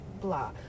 blah